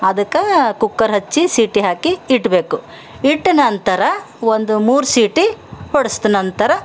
ಅದಕ್ಕೆ ಕುಕ್ಕರ್ ಹಚ್ಚಿ ಸೀಟಿ ಹಾಕಿ ಇಡಬೇಕು ಇಟ್ಟ ನಂತರ ಒಂದು ಮೂರು ಸೀಟಿ ಹೊಡ್ಸಿದ್ ನಂತರ